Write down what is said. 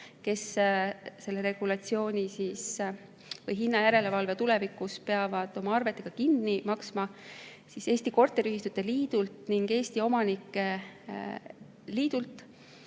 kes selle regulatsiooni, hinnajärelevalve tulevikus peavad oma arvetega kinni maksma, Eesti Korteriühistute Liidult ja Eesti Omanike Liidult